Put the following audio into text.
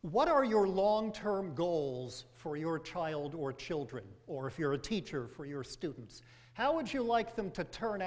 what are your long term goals for your child or children or if you're a teacher for your students how would you like them to turn